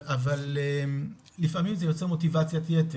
אבל לפעמים זה יוצר מוטיבציית יתר,